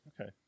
Okay